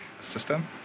system